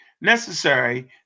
necessary